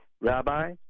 Rabbi